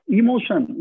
emotion